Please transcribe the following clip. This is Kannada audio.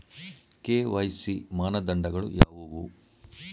ಕೆ.ವೈ.ಸಿ ಮಾನದಂಡಗಳು ಯಾವುವು?